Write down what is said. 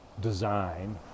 design